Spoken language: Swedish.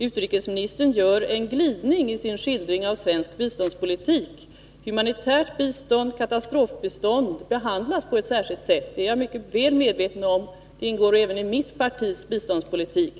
Utrikesministern gör en glidning i sin skildring av svensk biståndspolitik. Att humanitärt bistånd och katastrofbistånd behandlas på ett särskilt sätt är jag mycket väl medveten om. Det ingår även i mitt partis biståndspolitik.